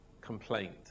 complaint